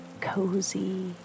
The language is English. cozy